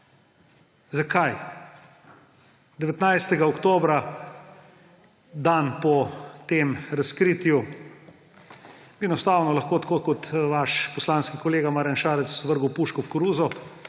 Zakaj? 19. oktobra, dan po tem razkritju, bi enostavno lahko, tako kot vaš poslanski kolega Marjan Šarec, vrgel puško v koruzo,